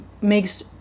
makes